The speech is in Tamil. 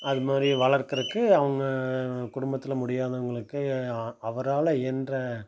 அதுமாதிரி வளர்க்கிறக்கு அவங்க குடும்பத்தில் முடியாதவங்களுக்கு அ அவரால் இயன்ற